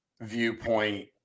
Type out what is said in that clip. viewpoint